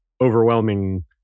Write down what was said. overwhelming